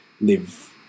live